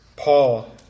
Paul